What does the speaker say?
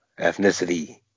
ethnicity